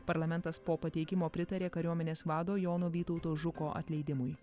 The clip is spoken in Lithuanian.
parlamentas po pateikimo pritarė kariuomenės vado jono vytauto žuko atleidimui